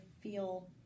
feel